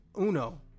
Uno